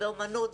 באומנות,